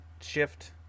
shift